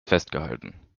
festgehalten